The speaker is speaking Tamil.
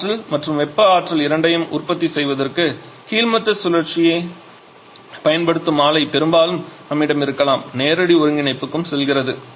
ஆற்றல் மற்றும் வெப்ப ஆற்றல் இரண்டையும் உற்பத்தி செய்வதற்கு கீழ்மட்ட சுழற்சியைப் பயன்படுத்தும் ஆலை பெரும்பாலும் நம்மிடம் இருக்கலாம் நேரடி ஒருங்கிணைப்புக்கு செல்கிறது